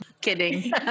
Kidding